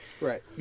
Right